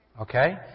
Okay